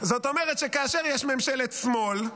זאת אומרת שכאשר יש ממשלת שמאל,